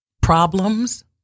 problems